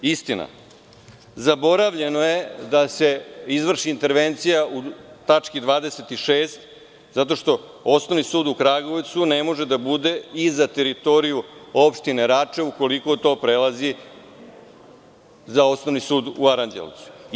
Istina, zaboravljeno je da se izvrši intervencija u tački 26. zato što Osnovni sud u Kragujevcu ne može da bude i za teritoriju opštine Rača ukoliko to prelazi za Osnovni sud u Aranđelovcu.